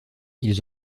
ils